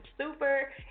super